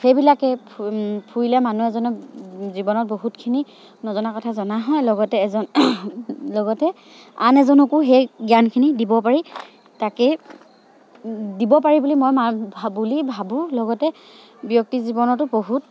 সেইবিলাকে ফুৰিলে মানুহ এজনে জীৱনত বহুতখিনি নজনা কথা জনা হয় লগতে এজন লগতে আন এজনকো সেই জ্ঞানখিনি দিব পাৰি তাকেই দিব পাৰি বুলি মই বুলি ভাবোঁ লগতে ব্যক্তি জীৱনতো বহুত